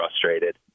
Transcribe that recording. frustrated